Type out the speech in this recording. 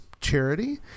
charity